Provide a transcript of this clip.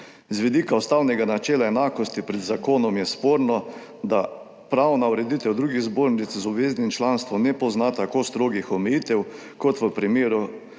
Z vidika ustavnega načela enakosti pred zakonom je sporno, da pravna ureditev drugih zbornic z obveznim članstvom ne pozna tako strogih omejitev kot v primeru